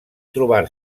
trobar